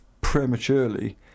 prematurely